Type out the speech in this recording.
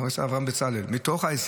חבר הכנסת בצלאל, מתוך ה-21,